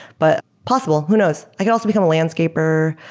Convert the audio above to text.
but possible. who knows? i can also become a landscaper.